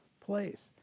place